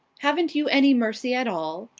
haven't you any mercy at all?